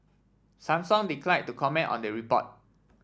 Samsung declined to comment on the report